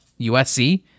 usc